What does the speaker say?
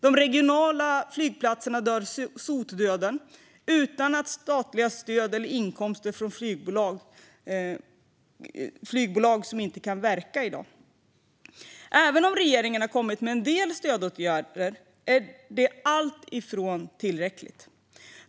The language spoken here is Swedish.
De regionala flygplatserna dör sotdöden utan statliga stöd eller inkomster från flygbolag - flygbolag som inte kan verka i dag. Regeringen har kommit med en del stödåtgärder, men det är långt ifrån tillräckligt.